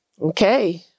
Okay